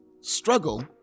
struggle